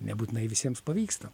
nebūtinai visiems pavyksta